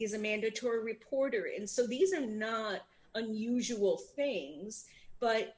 is a mandatory reporter in so these are not unusual things but